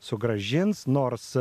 sugrąžins nors